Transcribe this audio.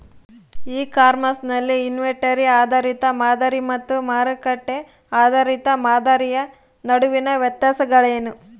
E commerce ನಲ್ಲಿ inventory ಆಧಾರಿತ ಮಾದರಿ ಮತ್ತು ಮಾರುಕಟ್ಟೆ ಆಧಾರಿತ ಮಾದರಿಯ ನಡುವಿನ ವ್ಯತ್ಯಾಸಗಳೇನು?